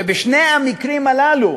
בשני המקרים הללו